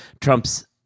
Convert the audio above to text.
Trump's